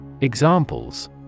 Examples